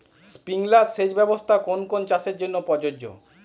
Sprinkler সেচ ব্যবস্থার কোন কোন চাষের জন্য প্রযোজ্য?